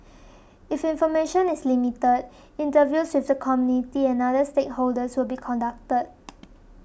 if information is limited interviews with the community and other stakeholders will be conducted